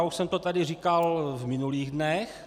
Už jsem to tady říkal v minulých dnech.